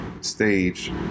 stage